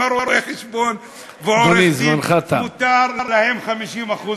למה רואה-חשבון ועורך-דין מותר להם 50%,